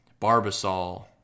Barbasol